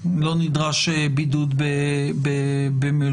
לא נדרש בידוד במלוניות,